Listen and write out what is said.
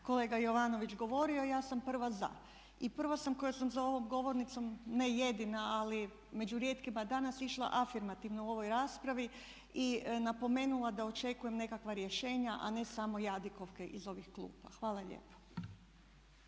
kolega Jovanović govorio ja sam prva za. I prva sam koja sam za ovom govornicom, ne jedina ali među rijetkima danas išla afirmativno u ovoj raspravi i napomenula da očekujem nekakva rješenja, a ne samo jadikovke iz ovih klupa. Hvala lijepo.